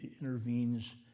intervenes